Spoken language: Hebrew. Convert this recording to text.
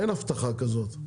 אין הבטחה כזו,